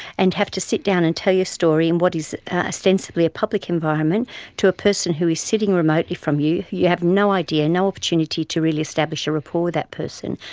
and have to sit down and tell your story in what is ostensibly a public environment to a person who is sitting remotely from you, who have no idea, no opportunity to really establish a rapport with that person,